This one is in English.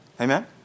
Amen